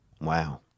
Wow